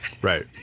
Right